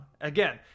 Again